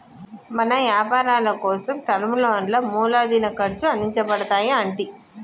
మన యపారాలకోసం టర్మ్ లోన్లా మూలదిన ఖర్చు అందించబడతాయి అంటి